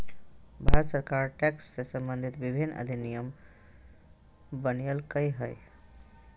भारत सरकार टैक्स से सम्बंधित विभिन्न अधिनियम बनयलकय हइ